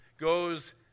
goes